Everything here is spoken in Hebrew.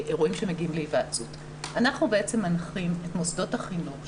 אנחנו בעצם מנחים את מוסדות החינוך,